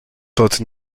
taught